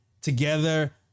together